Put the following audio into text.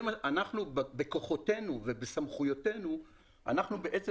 אנחנו בכוחותינו ובסמכויותינו אנחנו בעצם